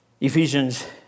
Ephesians